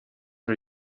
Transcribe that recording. are